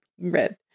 red